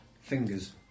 Fingers